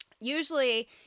Usually